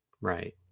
Right